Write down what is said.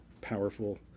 powerful